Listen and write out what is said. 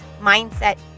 mindset